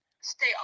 stay